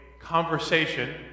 conversation